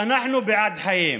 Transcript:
אנחנו בעד שלום בין אנשים.